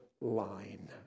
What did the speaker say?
line